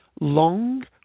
long